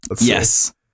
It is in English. yes